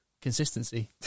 consistency